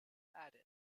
added